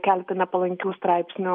keletą nepalankių straipsnių